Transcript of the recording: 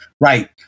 Right